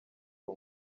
uwo